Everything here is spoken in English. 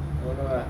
don't know lah